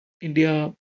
India